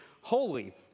holy